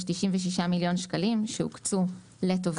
יש 96 מיליון שקלים שהוקצו לטובת הנושא.